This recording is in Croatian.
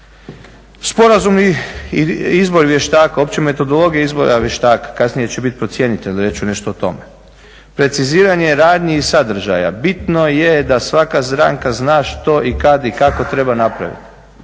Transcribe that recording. Sporazumni izbor vještaka, opće metodologije izbora vještaka, kasnije će biti procjenitelj, reći ću nešto o tome. Preciziranje radnji i sadržaja, bitno je da sva stranka zna što i kad i kako treba napraviti,